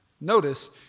Notice